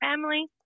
family